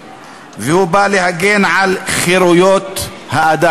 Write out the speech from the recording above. הוא בא להגן על הפרטיות והוא בא להגן על חירויות האדם.